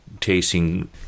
tasting